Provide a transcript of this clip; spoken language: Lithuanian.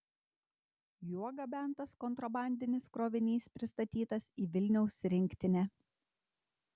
juo gabentas kontrabandinis krovinys pristatytas į vilniaus rinktinę